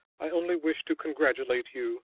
i only wish to congratulate you,